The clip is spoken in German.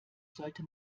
sollte